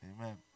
Amen